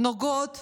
נוגעות